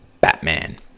Batman